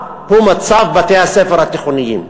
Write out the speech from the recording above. לציבור הערבי הוא מצב בתי-הספר התיכוניים.